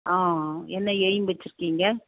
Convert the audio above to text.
ஆ என்ன எயிம் வச்சுருக்கீங்க